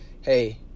hey